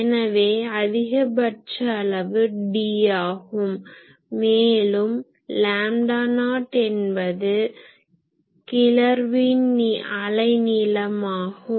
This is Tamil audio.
எனவே அதிகபட்ச அளவு D ஆகும் மேலும் லாம்டா நாட் என்பது ஆதார கிளர்வின் அலைநீளமாகும்